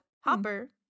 Hopper